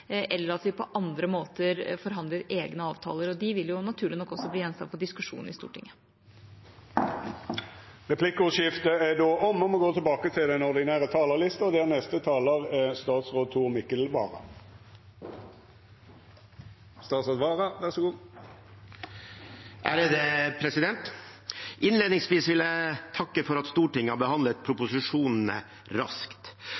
eller at vi på andre måter forhandler egne avtaler, og de vil naturlig nok også bli gjenstand for diskusjon i Stortinget. Replikkordskiftet er omme. Innledningsvis vil jeg takke for at Stortinget har behandlet proposisjonene raskt. Som utenriksministeren har gjort rede for, er det fremdeles stor usikkerhet knyttet til om Storbritannia vil